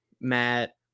Matt